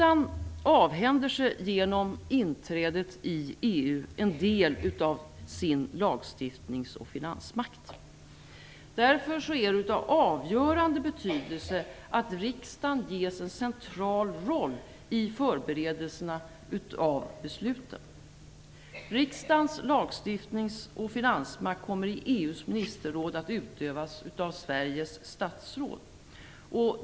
Genom inträdet i EU avhänder sig riksdagen en del av sin lagstiftnings och finansmakt. Därför är det av avgörande betydelse att riksdagen ges en central roll i förberedelserna av besluten. Riksdagens lagstiftnings och finansmakt kommer i EU:s ministerråd att utövas av Sveriges statsråd.